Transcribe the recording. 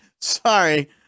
Sorry